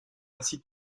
ainsi